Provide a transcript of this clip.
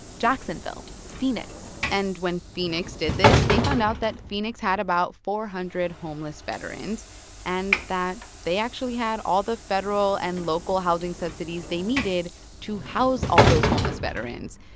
jacksonville, phoenix and when phoenix did this, they found out that phoenix had about four hundred homeless veterans and that they actually had all the federal and local housing subsidies they needed to house all those homeless veterans.